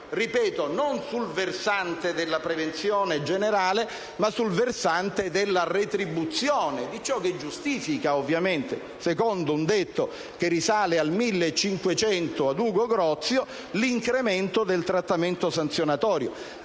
ripeto, non sul versante della prevenzione generale, ma sul versante della retribuzione, di ciò che giustifica, secondo un detto che risale al 1500 e ad Ugo Grozio, l'incremento del trattamento sanzionatorio.